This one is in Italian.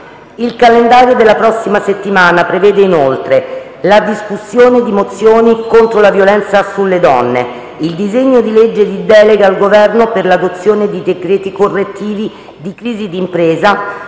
Il calendario della prossima settimana prevede, inoltre, la discussione di mozioni contro la violenza sulle donne, il disegno di legge di delega al Governo per l’adozione di decreti correttivi di crisi d’impresa,